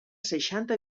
seixanta